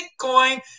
Bitcoin